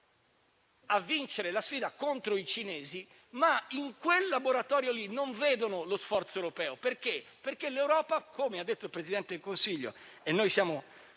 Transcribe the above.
a vincere la sfida contro i cinesi, ma in quel laboratorio non vedono lo sforzo europeo, perché l'Europa, come ha detto il Presidente del Consiglio (e noi siamo